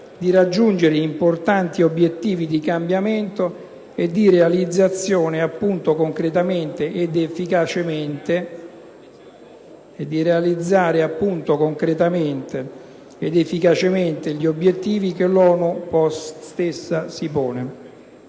di raggiungere importanti obiettivi di cambiamento e di realizzare appunto concretamente ed efficacemente gli obiettivi che l'ONU stessa si pone.